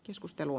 keskustelu